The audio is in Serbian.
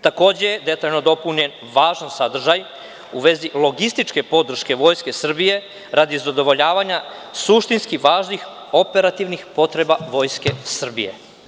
Detaljno je dopunjen važan sadržaj u vezi logističke podrške Vojske Srbije, a radi zadovoljavanja suštinski važnih operativnih potreba Vojske Srbije.